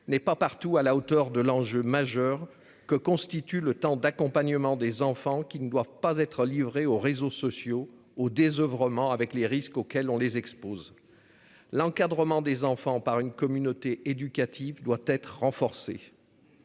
n'est pas partout à la hauteur de l'enjeu majeur que constitue le temps d'accompagnement des enfants qui ne doivent pas être livrées aux réseaux sociaux au désoeuvrement avec les risques auxquels on les expose. L'encadrement des enfants par une communauté éducative doit être renforcée.